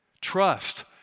Trust